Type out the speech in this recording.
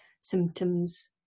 symptoms